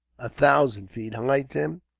a thousand feet high, tim?